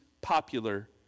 popular